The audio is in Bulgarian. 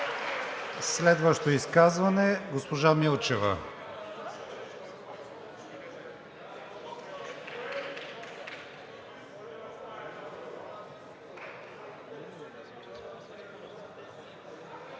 Следващо изказване – госпожа Милчева.